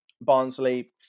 Barnsley